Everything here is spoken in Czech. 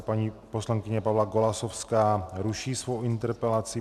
Paní poslankyně Pavla Golasowská ruší svou interpelaci.